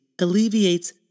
Alleviates